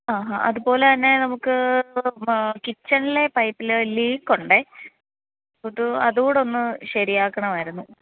ആ ഹ അതുപോലെ തന്നെ നമുക്ക് കിച്ചണിലെ പൈപ്പില് ലീക്ക് ഉണ്ടോ അത് അതും കൂടെ ഒന്ന് ശരിയാക്കണമായിരുന്നു